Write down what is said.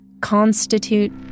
constitute